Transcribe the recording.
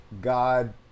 God